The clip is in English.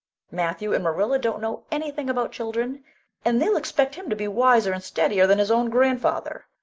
matthew and marilla don't know anything about children and they'll expect him to be wiser and steadier that his own grandfather,